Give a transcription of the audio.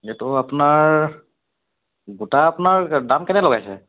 এইটো আপোনাৰ গোটা আপোনাৰ দাম কেনে লগাইছে